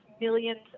millions